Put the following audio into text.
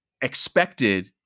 expected